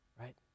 right